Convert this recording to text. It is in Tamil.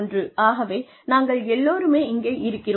ஆகவே நாங்கள் எல்லோருமே இங்கே இருக்கிறோம்